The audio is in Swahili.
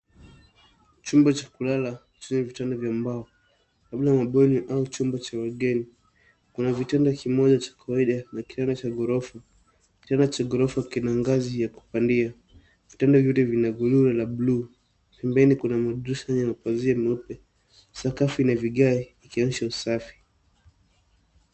Chumba cha kulala chenye vitanda vya mbao labda ni bweni au chumba cha wageni. Kuna kitanda kimoja cha kawaida na kitanda cha ghorofa. Kitanda cha ghorofa kina ngazi ya kupandia. Vitanda vyote vina godoro la bluu pembeni kuna madirisha yenye mapazia meupe. Sakafu ni ya vigae ikionyesha usafi.